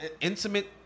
intimate